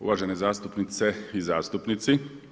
Uvažene zastupnice i zastupnici.